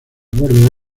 borde